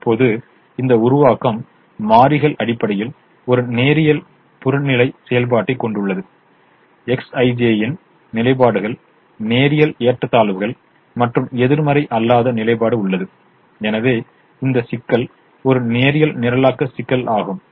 இப்போது இந்த உருவாக்கம் மாறிகள் அடிப்படையில் ஒரு நேரியல் புறநிலை செயல்பாட்டைக் கொண்டுள்ளது Xij ன் நிலைப்பாடுகள் நேரியல் ஏற்றத்தாழ்வுகள் மற்றும் எதிர்மறை அல்லாத நிலைப்பாடு உள்ளது எனவே இந்த சிக்கல் ஒரு நேரியல் நிரலாக்க சிக்கல் ஆகும்